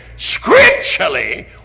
scripturally